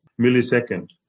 millisecond